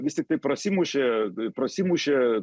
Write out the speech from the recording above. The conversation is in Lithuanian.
vis tiktai prasimušė prasimušė